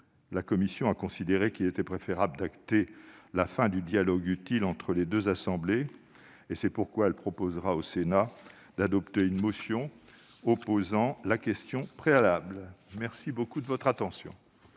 la commission a considéré qu'il était préférable d'acter la fin du dialogue utile entre les deux assemblées. C'est pourquoi elle proposera au Sénat d'adopter une motion tendant à opposer la question préalable. Bravo ! La parole est